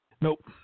nope